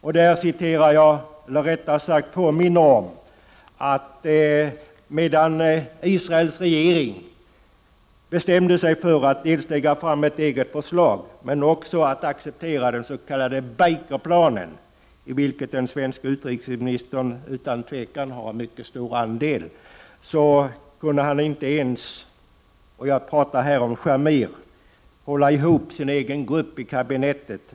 I detta sammanhang vill jag påminna om att Israels regering, medan den bestämde sig dels för att lägga fram ett eget förslag, dels för att acceptera den s.k. Bakerplanen, i vilken den svenske utrikesministern utan tvivel har en mycket stor andel, kunde Shamir inte ens hålla ihop sin egen grupp i kabinettet.